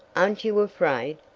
aren't you afraid?